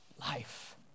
life